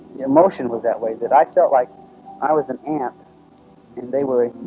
emotion was that way that i felt like i was an ant and they were